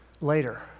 later